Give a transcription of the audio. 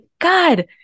god